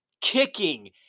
kicking